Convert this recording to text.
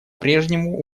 прежнему